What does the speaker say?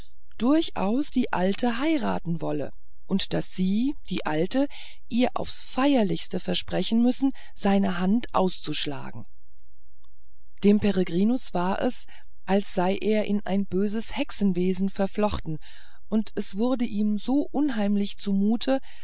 durchaus die alte heiraten wolle und daß sie die alte ihr aufs feierlichste versprechen müssen seine hand auszuschlagen dem peregrinus war es als sei er in ein böses hexenwesen verflochten und es wurde ihm so unheimlich zumute